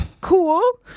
Cool